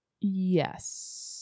Yes